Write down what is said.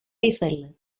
ήθελε